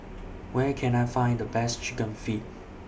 Where Can I Find The Best Chicken Feet